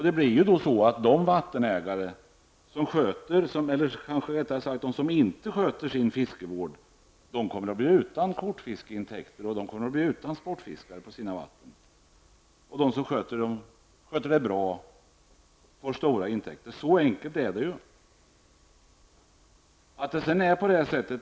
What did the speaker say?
Det blir då så att de vattenägare som inte sköter sin fiskevård kommer att bli utan fiskekortsintäkter och utan sportfiskare på sina vatten. De som sköter fiskevården bra får stora intäkter. Så enkelt är det ju!